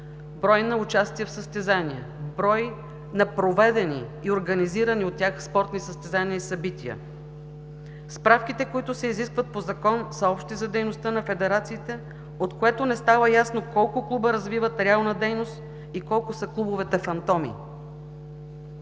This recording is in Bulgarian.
брой на участия в състезания, брой на проведени и организирани от тях спортни състезания и събития. Справките, които се изискват по закон, са общи за дейността на федерациите, от което не става ясно колко клуба развиват реална дейност и колко са клубовете фантоми.